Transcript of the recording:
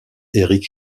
éric